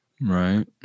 right